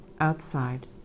outside